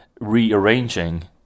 rearranging